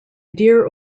dear